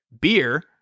beer